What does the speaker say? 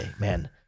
man